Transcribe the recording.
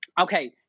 Okay